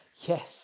Yes